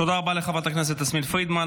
תודה רבה לחברת הכנסת יסמין פרידמן.